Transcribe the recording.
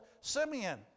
Simeon